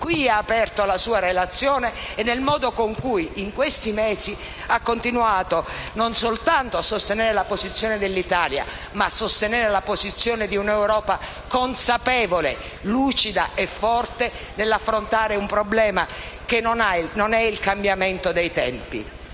qui ha aperto la sua relazione e il modo con cui in questi mesi ha continuato non soltanto a sostenere la posizione dell'Italia, ma anche la posizione di un'Europa consapevole, lucida e forte nell'affrontare un problema che non è il cambiamento dei tempi.